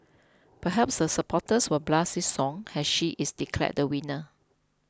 perhaps her supporters will blast this song as she is declared the winner